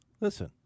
listen